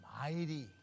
mighty